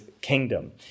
kingdom